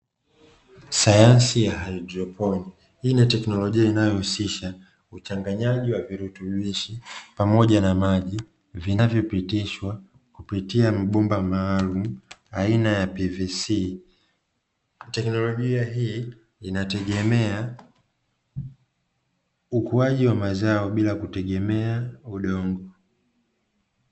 Sayansi ya haidroponi, hii ni teknolojia inayohusisha uchanganyaji wa virutubishi pamoja na maji vinavyopitishwa kupitia mabomba maalum aina ya "PVC". Teknolojia hii inategemea ukuaji wa mazao bila kutegemea udongo.